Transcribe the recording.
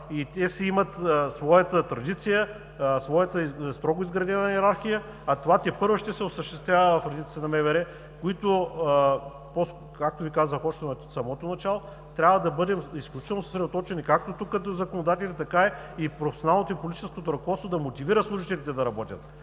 Те имат своята традиция, своята строго изградена йерархия, а това тепърва ще се осъществява в редиците на МВР. Както Ви казах още в самото начало, трябва да бъдем изключително съсредоточени като законодатели, а и професионалното и политическото ръководство да мотивира службите да работят,